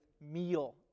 meal